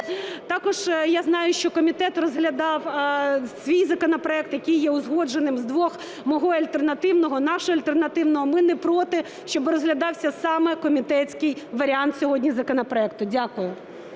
Також я знаю, що комітет розглядав свій законопроект, який є узгодженим з двох(мого і альтернативного, нашого альтернативного). Ми не проти, щоби розглядався саме комітетський варіант сьогодні законопроекту. Дякую.